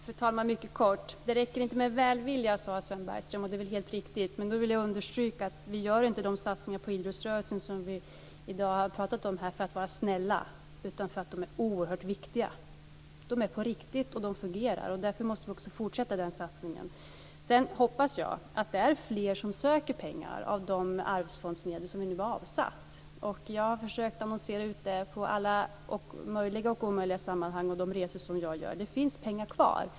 Fru talman! Det räcker inte med välvilja, sade Sven Bergström. Det är helt riktigt. Men jag vill då understryka att vi inte gör de satsningar på idrottsrörelsen som vi i dag har pratat om för att vara snälla, utan för att de är oerhört viktiga. De är på riktigt, och de fungerar. Därför måste vi fortsätta den satsningen. Jag hoppas att fler söker pengar av de arvsfondsmedel som vi nu har avsatt. Jag har försökt annonsera ut det i alla möjliga och omöjliga sammanhang och på de resor som jag gör; det finns pengar kvar.